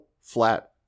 flat